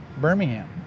Birmingham